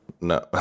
No